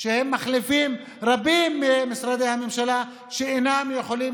הן מחליפות רבים ממשרדי הממשלה שאינם יכולים